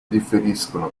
differiscono